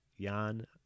Jan